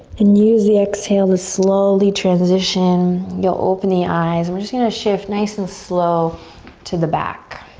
and use the exhale to slowly transition, you'll open the eyes. we're just gonna shift nice and slow to the back.